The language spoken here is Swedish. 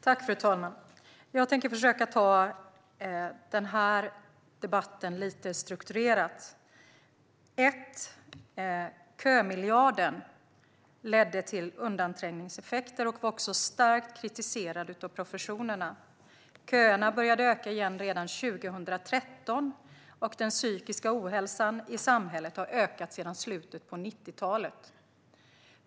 Fru talman! Jag tänker försöka ta debatten lite strukturerat. Först och främst ledde kömiljarden till undanträngningseffekter, och den var också starkt kritiserad av professionerna. Köerna började öka igen redan 2013, och den psykiska ohälsan i samhället har ökat sedan slutet av 90-talet.